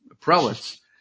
prelates